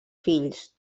fills